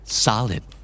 solid